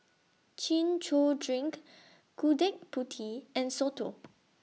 Chin Chow Drink Gudeg Putih and Soto